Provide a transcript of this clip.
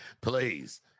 Please